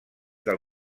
del